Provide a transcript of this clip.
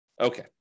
Okay